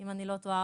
אם אני לא טועה,